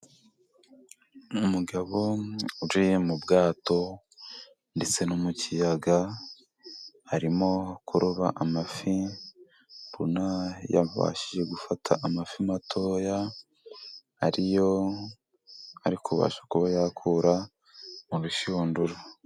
Umugabo wicaye mu bwato ndetse no mu kiyaga arimo kuroba amafi .Ubona yabashije gufata amafi matoya ariyo ari kubasha kuba yakura mu bishurunduru.